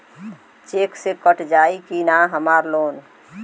Check से cut जाई की ना हमार लोन?